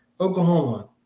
Oklahoma